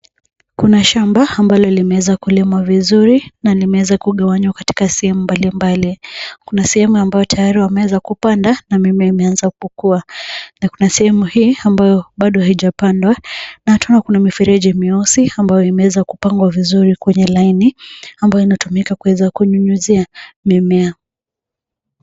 Kuna shamba ambalo limeweza kulimwa vizuri na limeweza kugawanywa katika sehemu mbalimbali. Kuna sehemu ambayo tayari wameweza kupanda na mimea imeanza kukua na kuna sehemu hii ambayo bado haijapandwa na tena kuna mifereji mieusi ambayo imeweza kupangwa vizuri kwenye laini ambayo inatumika kuweza kunyunyizia mimea.